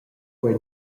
quei